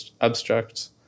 abstract